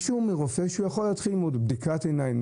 או בדיקת עיניים?